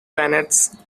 planets